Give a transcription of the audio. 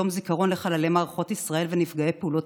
יום זיכרון לחללי מערכות ישראל ונפגעי פעולות